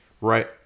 right